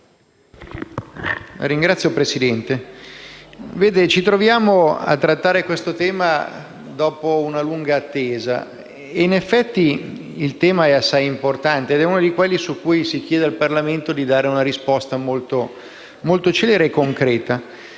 Signora Presidente, ci troviamo a trattare questo tema dopo una lunga attesa e, in effetti, il tema è assai importante. È uno di quei quelli su cui si chiede al Parlamento di dare una risposta molto celere e concreta.